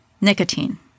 nicotine